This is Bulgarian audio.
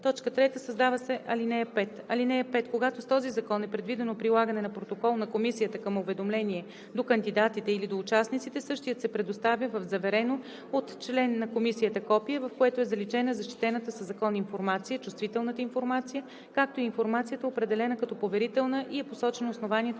протокол“. 3. Създава се ал. 5: „(5) Когато с този закон е предвидено прилагане на протокол на комисията към уведомление до кандидатите или до участниците, същият се предоставя в заверено от член на комисията копие, в което е заличена защитената със закон информация, чувствителната информация, както и информацията, определена като поверителна, и е посочено основанието